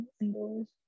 indoors